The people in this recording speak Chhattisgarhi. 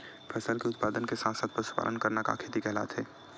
फसल के उत्पादन के साथ साथ पशुपालन करना का खेती कहलाथे?